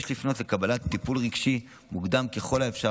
יש לפנות לקבלת טיפול רגשי מוקדם ככל האפשר,